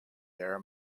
their